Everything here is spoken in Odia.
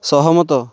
ସହମତ